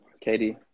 Katie